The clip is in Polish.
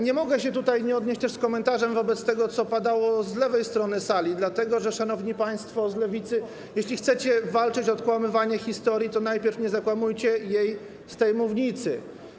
Nie mogę się tutaj nie odnieść z komentarzem wobec tego, co padało z lewej strony sali, dlatego że, szanowni państwo z Lewicy, jeśli chcecie walczyć o odkłamywanie historii, to najpierw nie zakłamujcie jej z tej mównicy.